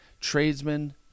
tradesmen